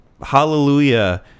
Hallelujah